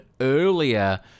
earlier